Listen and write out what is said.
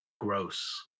Gross